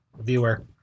Viewer